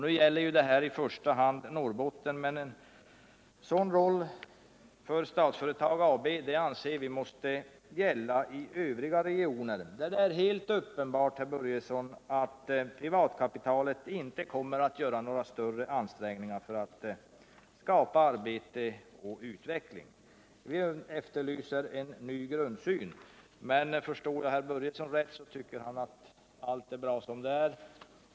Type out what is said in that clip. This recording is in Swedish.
Nu gäller det här i första hand Norrbotten, men vi anser att Statsföretag AB måste ha en sådan roll även i övriga regioner där det är helt uppenbart, herr Börjesson, att privatkapitalet inte kommer göra några större ansträngningar för att skapa arbete och utveckling. Vi efterlyser en ny grundsyn, men förstår jag herr Börjesson rätt tycker han att allt är bra som det är.